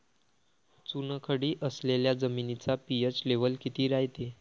चुनखडी असलेल्या जमिनीचा पी.एच लेव्हल किती रायते?